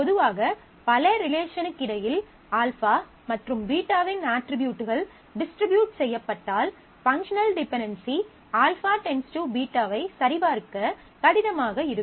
பொதுவாக பல ரிலேஷனுக்கிடையில் α மற்றும் β வின் அட்ரிபியூட்கள் டிஸ்ட்ரிபியூட் செய்யப்பட்டால் பங்க்ஷனல் டிபென்டென்சி α β வை சரிபார்க்க கடினமாக இருக்கும்